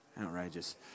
Outrageous